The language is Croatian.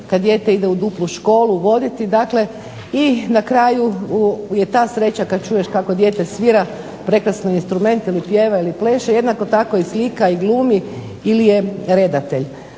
kad dijete ide u duplu školu voditi i na kraju je ta sreća kad čuješ kako dijete svira prekrasno instrument ili pjeva ili pleše, jednako tako i slika i glumi ili je redatelj.